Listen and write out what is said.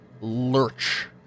lurch